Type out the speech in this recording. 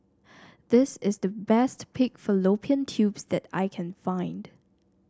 this is the best Pig Fallopian Tubes that I can find